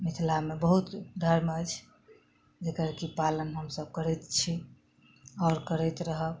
मिथिलामे बहुत धर्म अछि जेकर कि पालन हमसब करैत छी आओर करैत रहब